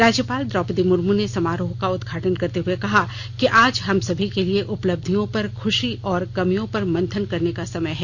राज्यपाल द्रौपदी मुर्मू ने समारोह का उदघाटन करते हुए कहा कि आज हम सभी के लिए उपलब्धियों पर खुशी और कमियों पर मंथन करने का समय है